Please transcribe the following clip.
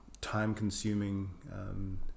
time-consuming